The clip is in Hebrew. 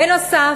בנוסף,